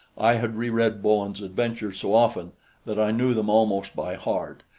i had reread bowen's adventures so often that i knew them almost by heart,